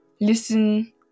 listen